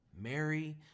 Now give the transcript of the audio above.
Mary